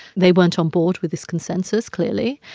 they weren't on board with this consensus, clearly.